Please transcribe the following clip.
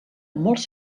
molts